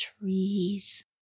trees